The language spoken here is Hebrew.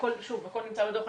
הכול כתוב בדו"ח,